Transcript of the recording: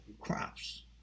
crops